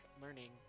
learning